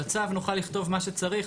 בצו נוכל לכתוב מה שצריך,